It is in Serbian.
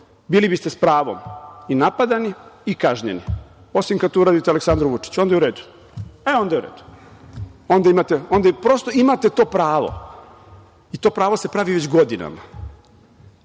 bili biste s pravom i napadani i kažnjeni, osim kad to uradite Aleksandru Vučiću, onda je u redu. Onda je u redu. Onda, prosto, imate to pravo i to pravo se pravi već godinama.